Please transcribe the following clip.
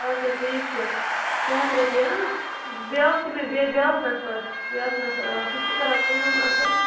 آدٕ کیٛاہ ٹھیٖک چھُ شےٚ ہتھ رۄپیہِ بیاکھ چھُ مےٚ بیٚیہِ بیاکھ نفر بیاکھ نفر اۭں سُہ تہِ چھُ کران کٲم اصٕل